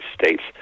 States